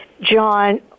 John